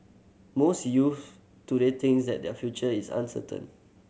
most youths today think that their future is uncertain